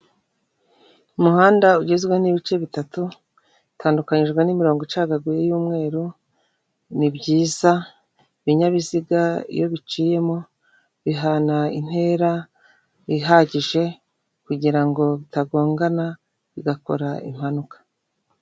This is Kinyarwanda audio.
Umuhanda ugizwe n'ibice bitatu bitandukanyijwe n'imirongo icagaguye y'umweru, ni byiza ibinyabiziga iyo biciyemo bihana intera ihagije kugira ngo bitagongana bigakora impanuka.